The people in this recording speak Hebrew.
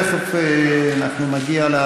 תכף נגיע.